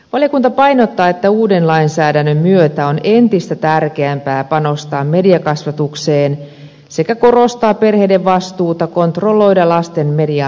valiokunta painottaa että uuden lainsäädännön myötä on entistä tärkeämpää panostaa mediakasvatukseen sekä korostaa perheiden vastuuta kontrolloida lasten mediankäyttöä